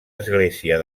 església